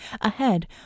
Ahead